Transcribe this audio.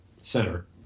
center